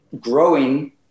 growing